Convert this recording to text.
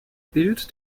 bild